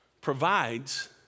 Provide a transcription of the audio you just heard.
provides